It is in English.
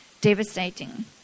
devastating